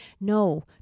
no